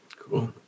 Cool